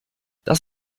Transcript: das